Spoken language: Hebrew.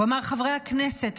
הוא אמר: "חברי הכנסת,